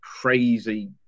crazy